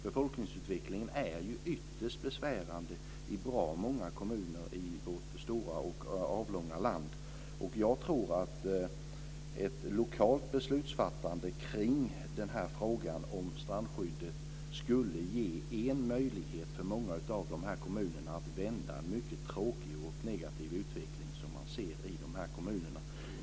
Befolkningsutvecklingen är ju ytterst besvärande i bra många kommuner i vårt stora och avlånga land. Jag tror att ett lokalt beslutsfattande kring denna fråga om strandskyddet skulle ge en möjlighet för många av dessa kommuner att vända en mycket tråkig och negativ utveckling som man ser i dessa kommuner.